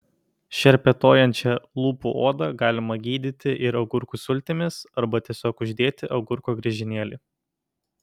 šerpetojančią lūpų odą galima gydyti ir agurkų sultimis arba tiesiog uždėti agurko griežinėlį